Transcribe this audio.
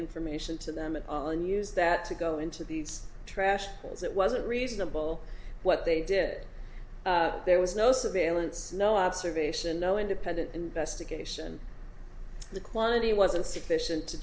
information to them at all and use that to go into the trash holes that wasn't reasonable what they did there was no surveillance no observation no independent investigation the quantity wasn't sufficient to